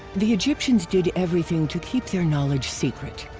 the egyptians did everything to keep their knowledge secret.